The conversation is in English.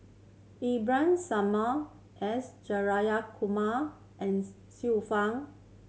Samad S Jayakumar and Xiu Fang